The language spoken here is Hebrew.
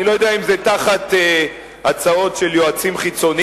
אני לא יודע אם זה תחת הצעות של יועצים חיצוניים,